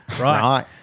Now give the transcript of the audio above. right